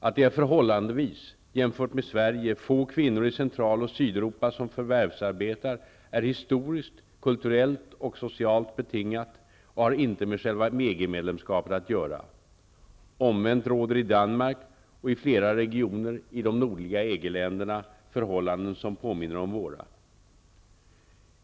Att det är förhållandevis -- jämfört med Sverige -- få kvinnor i Central och Sydeuropa som förvärvsarbetar är historiskt, kulturellt och socialt betingat och har inte med själva EG-medlemskapet att göra. Omvänt råder i Danmark, och i flera regioner i de nordliga EG länderna, förhållanden som påminner om våra.